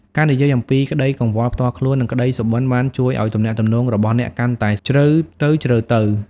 ការនិយាយអំពីក្តីកង្វល់ផ្ទាល់ខ្លួននិងក្តីសុបិន្តបានជួយឲ្យទំនាក់ទំនងរបស់អ្នកកាន់តែជ្រៅទៅៗ។